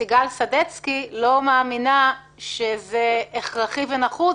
סיגל סדצקי לא מאמינה שזה הכרחי ונחוץ,